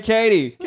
Katie